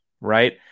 right